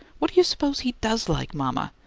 what do you suppose he does like, mama?